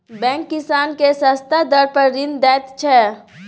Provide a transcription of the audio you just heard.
bank किसान केँ सस्ता दर पर ऋण दैत छै